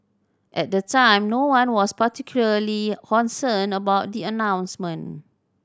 at the time no one was particularly concerned about the announcement